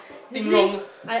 think wrong